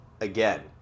again